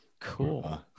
cool